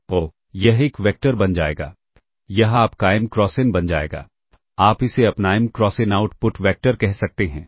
तो यह एक वेक्टर बन जाएगा यह आपका m क्रॉस n बन जाएगा आप इसे अपना m cross n output vector कह सकते हैं